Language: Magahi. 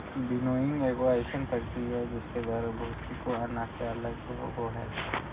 विनोइंग एगो अइसन प्रक्रिया हइ जिसके द्वारा भूसी को अनाज से अलग होबो हइ